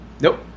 Nope